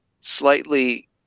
slightly